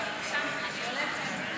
נתקבל.